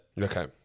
Okay